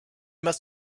must